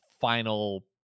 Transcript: final